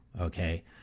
Okay